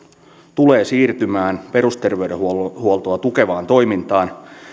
tulee siirtymään perusterveydenhuoltoa tukevaan toimintaan